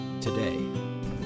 today